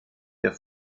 der